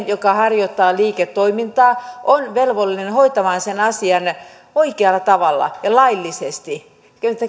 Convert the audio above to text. joka harjoittaa liiketoimintaa on velvollinen hoitamaan sen asian oikealla tavalla ja laillisesti kyllähän